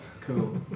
cool